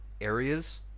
areas